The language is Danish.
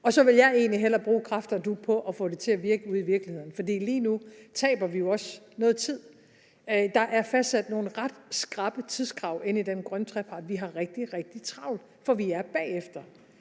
Og så vil jeg egentlig hellere bruge kræfterne nu på at få det til at virke ude i virkeligheden. For lige nu taber vi jo også noget tid. Der er fastsat nogle ret skrappe tidskrav i den grønne trepart. Vi har rigtig, rigtig travlt, for vi er bagefter.